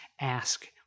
ask